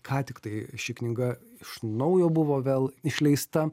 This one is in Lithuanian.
ką tik tai ši knyga iš naujo buvo vėl išleista